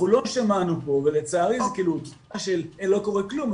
לא שמענו פה ולצערי זה כאילו --- שלא קורה כלום,